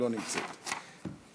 לא נמצאת,